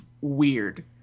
weird